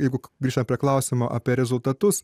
jeigu grįžtam prie klausimo apie rezultatus